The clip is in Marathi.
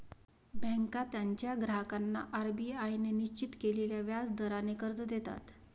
बँका त्यांच्या ग्राहकांना आर.बी.आय ने निश्चित केलेल्या व्याज दराने कर्ज देतात